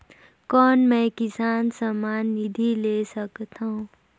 कौन मै किसान सम्मान निधि ले सकथौं?